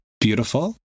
beautiful